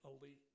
elite